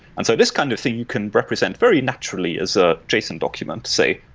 and so this kind of thing you can represent very naturally as a json document, say,